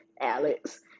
Alex